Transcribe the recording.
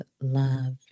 love